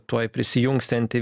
tuoj prisijungsiantį